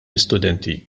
istudenti